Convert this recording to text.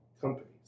companies